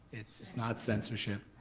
it's it's not censorship.